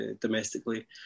domestically